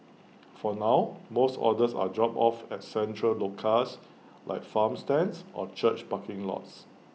for now most orders are dropped off at central locales like farm stands or church parking lots